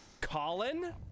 Colin